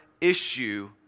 issue